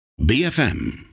BFM